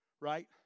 Right